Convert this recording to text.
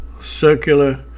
circular